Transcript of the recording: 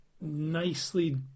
nicely